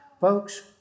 Folks